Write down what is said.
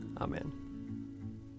Amen